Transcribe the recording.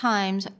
Times